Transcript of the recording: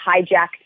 hijacked